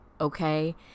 okay